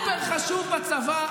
עשית תפקיד סופר-חשוב בצבא,